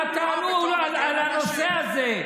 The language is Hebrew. מה תענו על הנושא הזה?